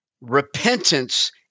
repentance